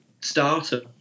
starter